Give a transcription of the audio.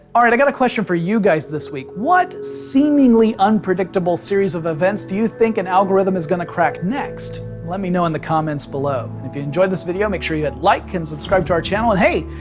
alright, i got a question for you guys this week. what seemingly unpredictable series of events do you think an algorithm is gonna crack next? let me know in the comments below. if you enjoyed this video, make sure you hit and like and subscribe to our channel, and hey,